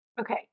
okay